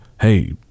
Hey